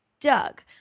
Doug